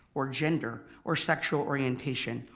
or gender, or sexual orientation,